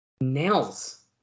Nails